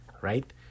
Right